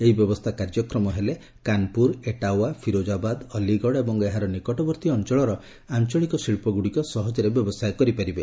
ଏହି ବ୍ୟବସ୍ଥା କାର୍ଯ୍ୟକ୍ଷମ ହେଲେ କାନ୍ପୁର ଏଟାୱା ଫିରୋଜାବାଦ୍ ଅଲ୍ଲିଗଡ଼ ଏବଂ ଏହାର ନିକଟବର୍ତ୍ତୀ ଅଞ୍ଚଳର ଆଞ୍ଚଳିକ ଶିଳ୍ପଗୁଡ଼ିକ ସହଜରେ ବ୍ୟବସାୟ କରିପାରିବେ